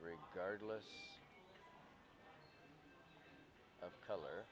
regardless of color